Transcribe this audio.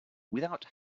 without